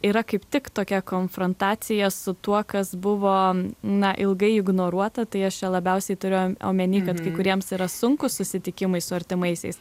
yra kaip tik tokia konfrontacija su tuo kas buvo na ilgai ignoruota tai aš čia labiausiai turiu omeny kad kai kuriems yra sunkūs susitikimai su artimaisiais